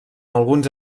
alguns